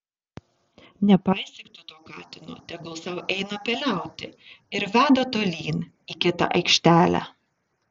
nepaisyk tu to katino tegul sau eina peliauti ir veda tolyn į kitą aikštelę